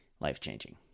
life-changing